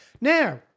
Now